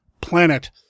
planet